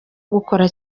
gukora